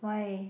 why